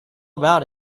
about